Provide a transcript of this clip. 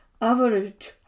Average